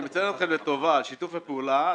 אני מציין אתכם לטובה על שיתוף הפעולה.